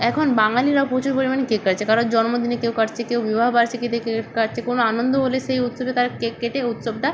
এখন বাঙালিরাও প্রচুর পরিমাণে কেক কাটছে কারোর জন্মদিনে কেউ কাটছে কেউ বিবাহবার্ষিকীতে কেক কাটছে কোনো আনন্দ হলে সেই উৎসবে তারা কেক কেটে উৎসবটা